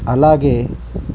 అలాగే